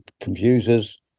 computers